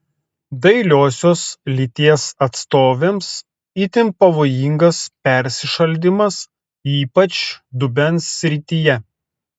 dailiosios lyties atstovėms itin pavojingas persišaldymas ypač dubens srityje